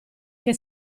che